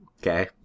Okay